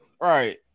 Right